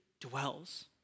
dwells